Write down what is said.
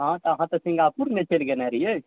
हँ तऽ अहाँ तऽ सिङ्गापुर नऽ चलि गेल रहियै